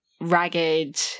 ragged